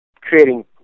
creating